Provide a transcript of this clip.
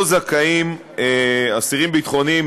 אסירים ביטחוניים,